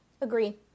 Agree